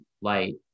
light